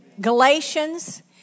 Galatians